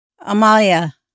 Amalia